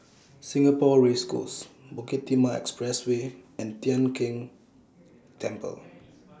Singapore Race Course Bukit Timah Expressway and Tian Keng Temple